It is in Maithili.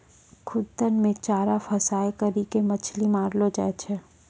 खुद्दन मे चारा फसांय करी के मछली मारलो जाय छै